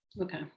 Okay